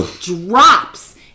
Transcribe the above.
drops